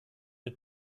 mit